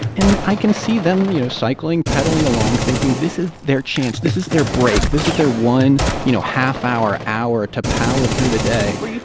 and i can see them, you know, cycling, pedaling along thinking this is their chance. this is their break. this is their one, you know, half hour, hour to power through the day where you